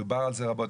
דובר על זה רבות.